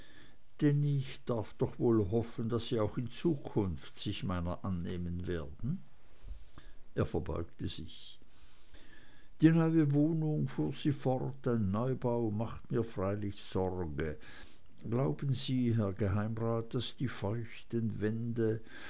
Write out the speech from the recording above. denn ich darf doch wohl hoffen daß sie auch in zukunft sich meiner annehmen werden er verbeugte sich die neue wohnung fuhr sie fort ein neubau macht mir freilich sorge glauben sie herr geheimrat daß die feuchten wände